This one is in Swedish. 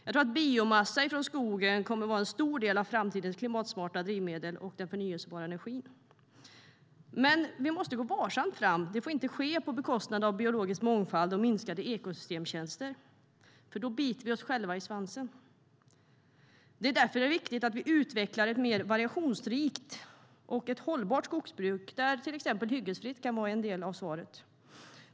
Jag tror att biomassa från skogen kommer att vara en stor del av framtidens klimatsmarta drivmedel och den förnybara energin. Men vi måste gå varsamt fram. Det får inte ske på bekostnad av biologisk mångfald och ekosystemtjänster, för då biter vi oss själva i svansen. Det är därför det är viktigt att vi utvecklar ett mer variationsrikt och hållbart skogsbruk, där till exempel hyggesfritt kan vara en del av svaret.